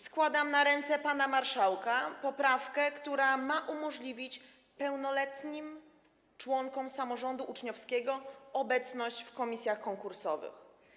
Składam na ręce pana marszałka poprawkę, która ma umożliwić pełnoletnim członkom samorządu uczniowskiego wejście w skład komisji konkursowych.